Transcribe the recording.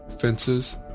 fences